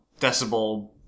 decibel